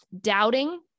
doubting